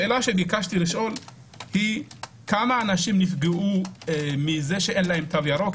ביקשתי לשאול כמה אנשים נפגעו מזה שאין להם תו ירוק.